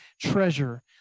treasure